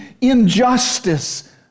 injustice